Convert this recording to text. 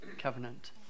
covenant